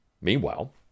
Meanwhile